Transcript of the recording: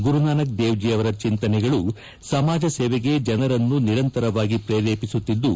ಗುರುನಾನಕ್ ದೇವ್ ಅವರ ಚಿಂತನೆಗಳು ಸಮಾಜ ಸೇವೆಗೆ ಜನರನ್ನು ನಿರಂತರವಾಗಿ ಪ್ರೇರೇಪಿಸುತ್ತಿದ್ದು